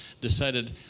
decided